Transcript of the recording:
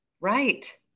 Right